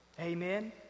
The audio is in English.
Amen